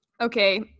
okay